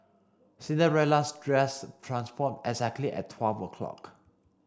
Cinderella's dress transformed exactly at twelve o' clock